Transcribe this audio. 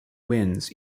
wins